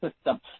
system